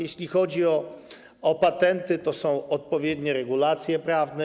Jeśli chodzi o patenty, to są odpowiednie regulacje prawne.